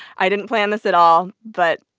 i didn't plan this at all but,